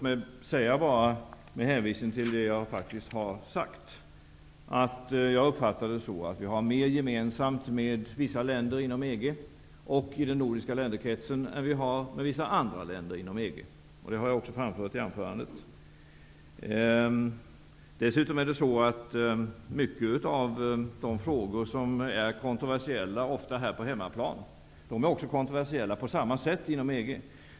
Men med hänvisning till det som jag faktiskt har sagt vill jag framhålla att jag uppfattar saken så, att vi har mer gemensamt med vissa länder inom EG och i den nordiska länderkretsen än vi har med vissa andra länder inom EG. Det har jag också framfört i mitt huvudanförande. Många av de frågor som ofta är kontroversiella på hemmaplan är kontroversiella på samma sätt inom EG.